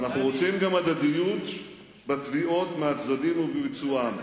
ואנחנו רוצים גם הדדיות בתביעות מהצדדים ובביצוען.